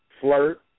Flirt